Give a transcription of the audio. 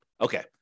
Okay